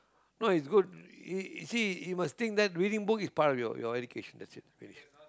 no it's good i~ i~ you see you must think that reading book is part of your your education that's it